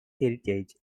heritage